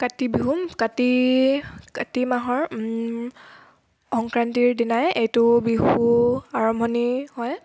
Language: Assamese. কাতি বিহু কাতি কাতি মাহৰ সংক্ৰান্তিৰ দিনাই এইটো বিহু আৰম্ভণি হয়